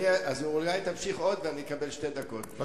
אז אולי תמשיך עוד ואני אקבל שתי דקות.